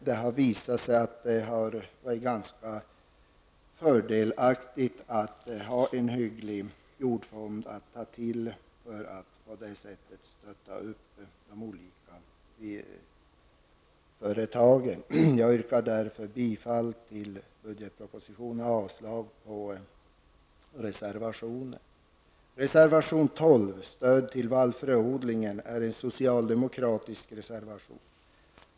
Det har varit ganska fördelaktigt att ha en hygglig jordfond att ta till för att på det sättet stötta upp de olika företagen. Jag yrkar därför bifall till budgetpropositionen och avslag på reservationen. Reservation 12, stöd till vallfröodlingen, är en socialdemokratisk reservation.